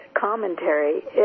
commentary